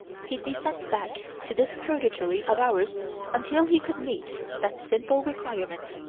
he'd be sent back to this purgatory of ours until he could meet that simple requirement.